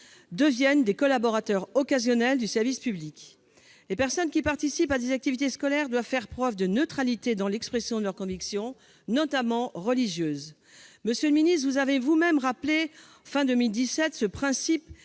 deviennent des collaborateurs occasionnels du service public. Les personnes qui participent à des activités scolaires doivent faire preuve de neutralité dans l'expression de leurs convictions, notamment religieuses. Monsieur le ministre, vous avez vous-même rappelé ce principe